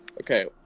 Okay